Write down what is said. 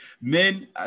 Men